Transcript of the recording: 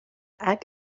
hac